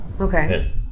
Okay